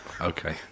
Okay